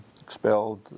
expelled